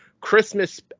Christmas